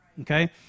Okay